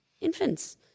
infants